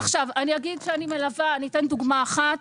אני אתן דוגמה אחת.